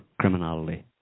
criminality